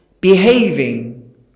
behaving